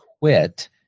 quit